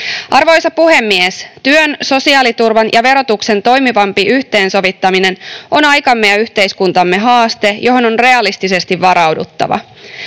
Arvoisa puhemies! Työn, sosiaaliturvan ja verotuksen toimivampi yhteensovittaminen on aikamme ja yhteiskuntamme haaste, johon on realistisesti varauduttava.